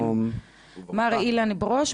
מר אילן ברוש,